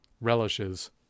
relishes